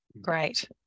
great